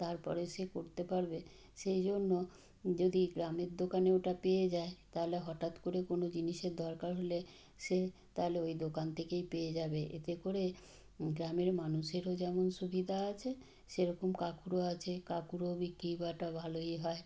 তারপরে সে করতে পারবে সেই জন্য যদি গ্রামের দোকানে ওটা পেয়ে যায় তাহলে হটাত করে কোনও জিনিসের দরকার হলে সে তাহলে ওই দোকান থেকেই পেয়ে যাবে এতে করে গ্রামের মানুষেরও যেমন সুবিধা আছে সেরকম কাকুরও আছে কাকুরও বিক্রিবাটা ভালোই হয়